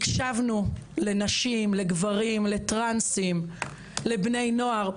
הקשבנו לנשים, לגברים, לטרנסים, לבני נוער.